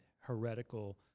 heretical